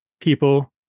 people